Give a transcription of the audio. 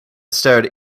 stared